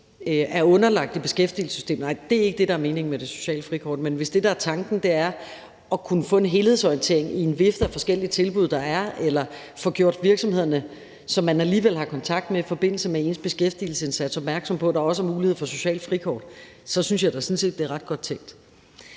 er underlagt i beskæftigelsessystemet, så er det ikke det, der er meningen med det sociale frikort. Men hvis det, der er tanken, er at kunne få en helhedsorientering i en vifte af forskellige tilbud, der er, eller få gjort virksomhederne, som man alligevel har kontakt med i forbindelse med ens beskæftigelsesindsats, opmærksomme på, at der også er mulighed for socialt frikort, så synes jeg da sådan set, det er ret godt tænkt.